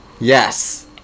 yes